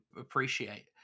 appreciate